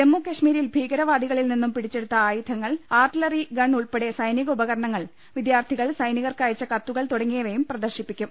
ജമ്മുകശ്മിരിൽ ഭീകരവാദികളിൽ നിന്നും പിടിച്ചെടുത്ത ആയുധങ്ങൾ ആർട്ടിലറി ഗൺ ഉൾപ്പെടെ സൈനിക ഉപകരണങ്ങൾ വിദ്യാർത്ഥികൾ സൈനികർക്ക് അയച്ച കത്തുകൾ തുടങ്ങിയവയും പ്രദർശിപ്പിക്കും